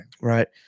right